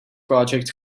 project